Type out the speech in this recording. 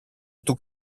του